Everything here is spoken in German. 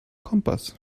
kompass